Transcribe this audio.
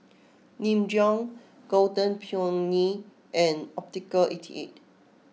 Nin Jiom Golden Peony and Optical Eighty Eight